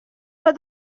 toi